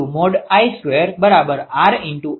તેથી 𝑟|𝐼|2 છે